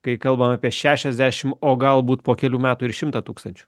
kai kalbam apie šešiasdešim o galbūt po kelių metų ir šimtą tūkstančių